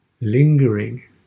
lingering